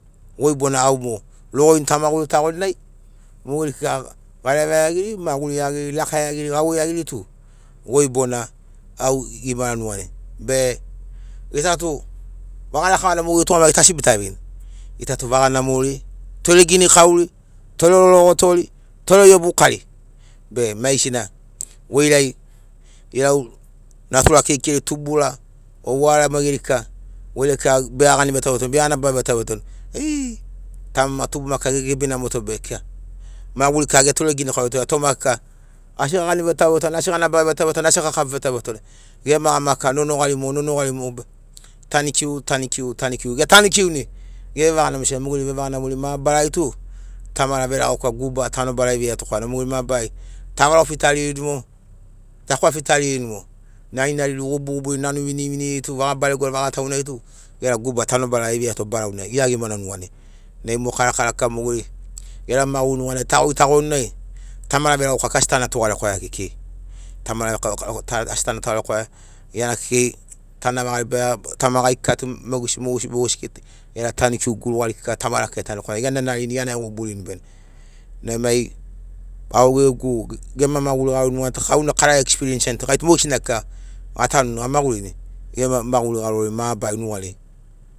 Goi bona au mogo logo ini ta maguri tagoni nai mogeri kika gareva iagiri maguri iagiri laka iagiri gauvei iagiri tu goi bona au gimara nuganai be gita tu vaga lakavana tugamagiri tu asi bita veini gita tu vaga namori tore ginikauri tore lologotori tore iobukari be maigesina goirai ilau natura keikeiri tubura o gwara maigeri kika goirai kika begea gani vetauvetauni begea naba vetauvetauni aee tamama tubuma gegebi namoto be maguri kika getore ginikaurito be toma kika asi gagani vetauvetauni asi ganaba vetauvetauni asi gakafu vetauvetauni gem agama kika nonogari nonogaribe tanikiu tanikiu tanikiu getanikiuni gevevaga namoni senagi mogeri vevaga namori mabarari tu tamara veregauka guba tanobara eveiato korana mogeri mabarari ta varo fiutarini mogo takwa fiutarini mogo narinariri gubagubari nani viniviniri tu vaga barego vaga taunari tug era guba tanobara eveiato barauna gia gimana nuganai nai mo karakara kika mogeri gera maguri nuganai tagoitagoni nai tamara veregauka asi tana tugarekwaiakekei. Tamara vekwakau asi tana tugarekwaia kekei gia na kekei tana vaga ribaia. Tamagai kika tu mogesi mogesi gera tanikiu gurugari kika tamara keki tana vinia korana gia na e guburini bene. Au gegu gema maguri nugariai au na kara a eksperementiani gai tu mogesina kika gatanuni gamagurini gema maguri garori mabarari nugariai.